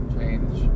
change